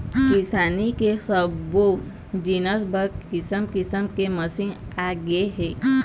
किसानी के सब्बो जिनिस बर किसम किसम के मसीन आगे हे